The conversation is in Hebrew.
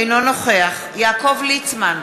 אינו נוכח יעקב ליצמן,